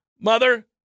Mother